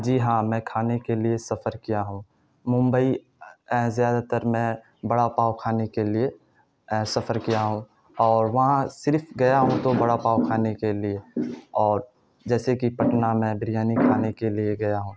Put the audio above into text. جی ہاں میں کھانے کے لیے سفر کیا ہوں ممبئی زیادہ تر میں بڑا پاؤ کھانے کے لیے سفر کیا ہوں اور وہاں صرف گیا ہوں تو بڑا پاؤ کھانے کے لیے اور جیسے کہ پٹنہ میں بریانی کھانے کے لیے گیا ہوں